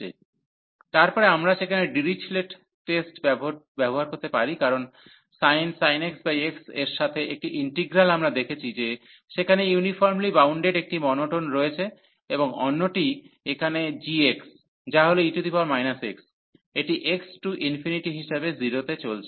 সুতরাং তারপরে আমরা সেখানে ডিরিচলেট টেস্টটি ব্যবহার করতে পারি কারণ sin x x এর সাথে একটি ইন্টিগ্রাল আমরা দেখেছি যে সেখানে ইউনিফর্মলি বাউন্ডেড একটি মোনোটোন রয়েছে এবং অন্যটি এখানে g যা হল e x এটি x →∞ হিসাবে 0 এ চলেছে